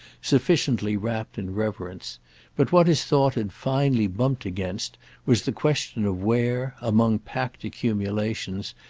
sufficiently rapt in reverence but what his thought had finally bumped against was the question of where, among packed accumulations,